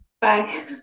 Bye